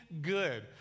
good